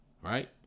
right